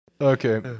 Okay